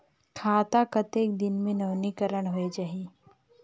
खाता कतेक दिन मे नवीनीकरण होए जाहि??